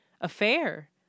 affair